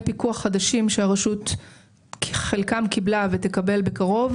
פיקוח חדשים שהרשות חלקם קיבלה ותקבל בקרוב,